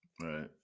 Right